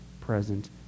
present